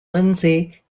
lindsay